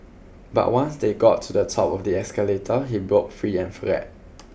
but once they got to the top of the escalator he broke free and fred